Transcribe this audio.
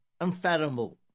unfathomable